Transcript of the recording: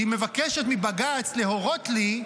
היא מבקשת מבג"ץ להורות לי,